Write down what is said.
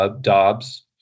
Dobbs